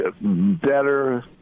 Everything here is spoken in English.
better